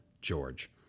George